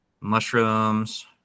mushrooms